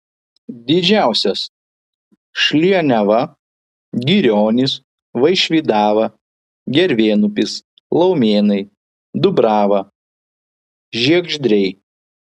didžiausias šlienava girionys vaišvydava gervėnupis laumėnai dubrava žiegždriai